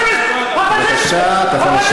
זה לא קללה